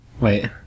Wait